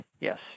Yes